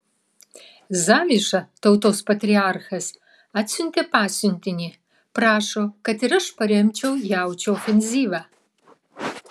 zaviša tautos patriarchas atsiuntė pasiuntinį prašo kad ir aš paremčiau jaučių ofenzyvą